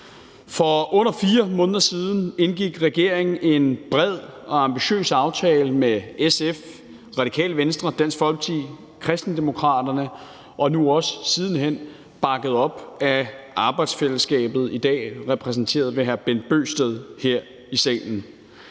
For under 4 måneder siden indgik regeringen en bred og ambitiøs aftale med SF, Radikale Venstre, Dansk Folkeparti, Kristendemokraterne og nu også siden hen bakket op af arbejdsfællesskabet, i dag repræsenteret ved hr. Bent Bøgsted her i salen.